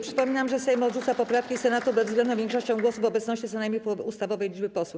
Przypominam, że Sejm odrzuca poprawki Senatu bezwzględną większością głosów w obecności co najmniej połowy ustawowej liczby posłów.